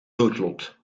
noodlot